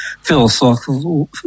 philosophical